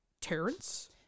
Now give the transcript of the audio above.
Terrence